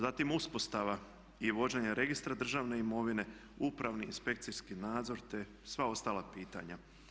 Zatim uspostava i vođenje registra državne imovine, upravni i inspekcijski nadzor, te sva ostala pitanja.